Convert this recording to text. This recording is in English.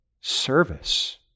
service